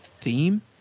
theme